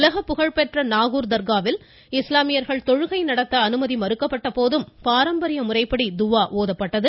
உலகப்புகழ் பெற்ற நாகூர் தர்காவில் இஸ்லாமியர்கள் தொழுகை நடத்த அனுமதி மறுக்கப்பட்ட போதும் பாரம்பரிய முறைப்படி துவா ஓதப்பட்டது